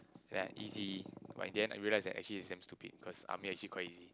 they are easy but in the end I realise that actually it's damn stupid cause army actually quite easy